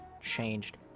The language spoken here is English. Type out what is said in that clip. changed